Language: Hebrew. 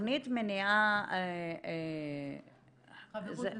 תכנית מניעה -- חברות וזוגיות,